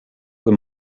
kui